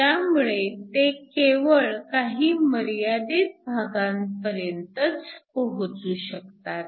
त्यामुळे ते केवळ काही मर्यादित भागापर्यंतच पोहचू शकतात